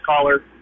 caller